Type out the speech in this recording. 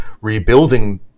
rebuilding